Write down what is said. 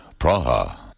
Praha